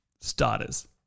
Starters